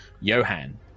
Johan